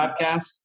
Podcast